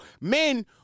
men